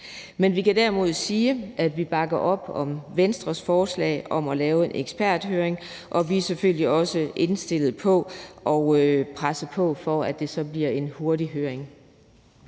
Men vi kan derimod sige, at vi bakker op om Venstres forslag om at lave en eksperthøring, og vi er selvfølgelig også indstillet på at presse på for, at det så bliver en hurtig høring.